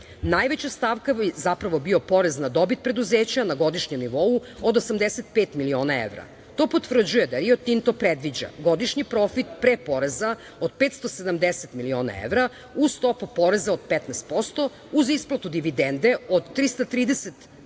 smanjen. Najveća stavka bi zaprao bio porez na dobit preduzeća na godišnjem nivou od 85 miliona evra. To potvrđuje da Rio Tinto predviđa godišnji profit pre poreza od 570 miliona evra uz stopu poreza od 15%, uz isplatu dividende od 333 miliona evra